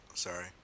sorry